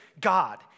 God